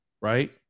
right